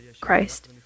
Christ